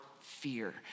fear